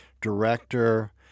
director